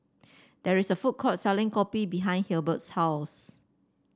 there is a food court selling kopi behind Hilbert's house